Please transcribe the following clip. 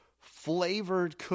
flavored